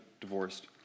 divorced